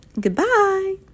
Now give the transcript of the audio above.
goodbye